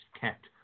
kept